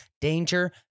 danger